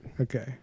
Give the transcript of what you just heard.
Okay